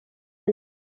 col